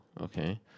okay